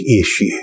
issue